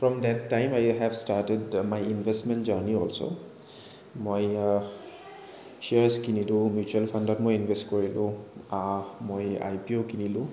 from that time I have started my investment journey also মই shares কিনিলোঁ mutual ফাণ্ডত মই ইন্ভেষ্ট কৰিলোঁ মই আই পি ও কিনিলোঁ